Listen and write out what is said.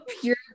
pure